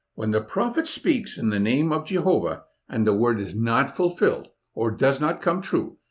when the prophet speaks in the name of jehovah and the word is not fulfilled or does not come true,